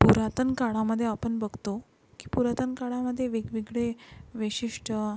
पुरातनकाळामध्ये आपण बघतो की पुरातनकाळामध्ये वेगवेगळे विशिष्ट